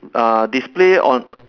uh display on